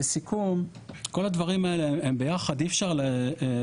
ולסיכום, כל הדברים האלה הם ביחד, אי אפשר להפריד.